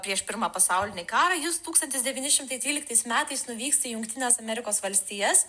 prieš pirmą pasaulinį karą jis tūkstantis devyni šimtai tryliktais metais nuvyksta į jungtines amerikos valstijas